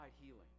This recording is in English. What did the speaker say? healing